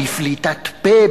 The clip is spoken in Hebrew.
בפליטת-פה,